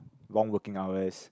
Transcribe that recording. long working hours